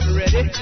ready